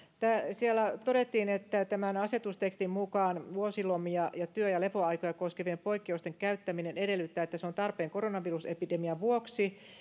siellä todettiin että tämän asetustekstin mukaan vuosilomia ja työ ja lepoaikoja koskevien poikkeusten käyttäminen edellyttää että se on tarpeen koronavirusepidemian vuoksi